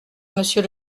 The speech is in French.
monsieur